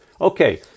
Okay